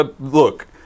look